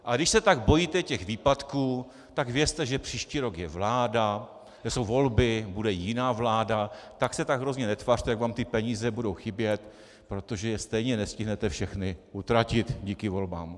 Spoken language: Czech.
Ale když se tak bojíte těch výpadků, tak vězte, že příští rok je vláda, že jsou volby, bude jiná vláda, tak se tak hrozně netvařte, jak vám ty peníze budou chybět, protože je stejně nestihnete všechny utratit díky volbám.